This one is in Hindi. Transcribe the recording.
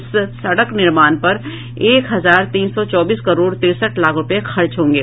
इस सड़क निर्माण पर एक हजार तीन सौ चौबीस करोड़ तिरसठ लाख रूपये खर्च होंगे